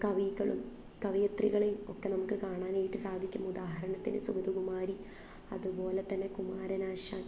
കവികളും കവയിത്രികളെയും ഒക്കെ നമുക്ക് കാണാനായിട്ട് സാധിക്കും ഉദാഹരണത്തിന് സുഗതകുമാരി അതുപോലെതന്നെ കുമാരനാശാൻ